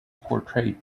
portrayed